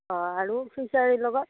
অঁ আৰু খিচাৰীৰ লগত